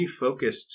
refocused